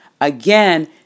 Again